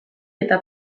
eta